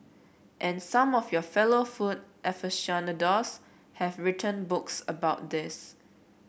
and some of your fellow food aficionados have written books about this